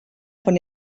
von